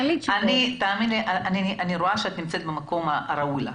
אני רואה שאת נמצאת במקום הראוי לך.